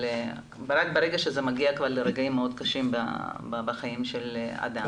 אבל רק ברגע שזה מגיע כבר לרגעים מאוד קשים בחייו של אדם.